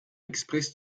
express